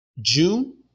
June